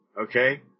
okay